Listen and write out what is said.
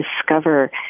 discover